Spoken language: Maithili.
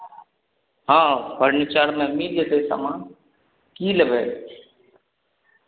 हँ फर्नीचरमे मिल जेतै सामान की लेबै